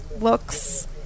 looks